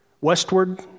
Westward